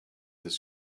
his